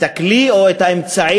את הכלי או את האמצעי,